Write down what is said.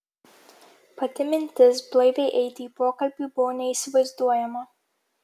pati mintis blaiviai eiti į pokalbį buvo neįsivaizduojama